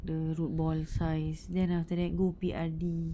the root ball size then after that go P_R_D